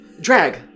Drag